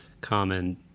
common